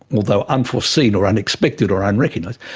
although unforeseen or unexpected or unrecognised,